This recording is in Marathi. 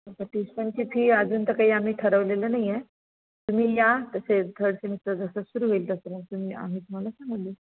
आता ट्युशनची फी अजून तर काही आम्ही ठरवलेलं नाही आहे तुम्ही या जसे थर्ड सेमिस्टर जसं सुरु होईल तसं तुम्ही या मग आम्ही तुम्हाला सांगून देऊ